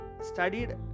studied